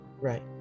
Right